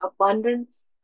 Abundance